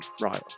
Right